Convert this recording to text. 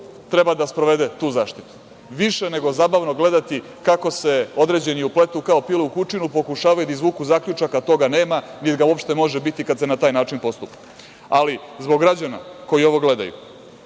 treba da sprovede tu zaštitu. Više nego zabavno gledati kako se određeni upletu kao pile u kučinu, pokušavaju da izvuku zaključak, a toga nema, niti ga uopšte može biti kada se na taj način postupa. Ali, zbog građana koji ovo gledaju,